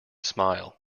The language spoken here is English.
smile